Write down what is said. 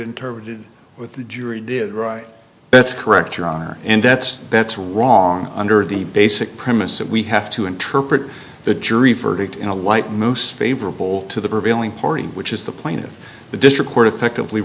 interpret it with the jury did right that's correct your honor and that's that's wrong under the basic premise that we have to interpret the jury verdict in a light most favorable to the prevailing party which is the plaintiff the district court affectively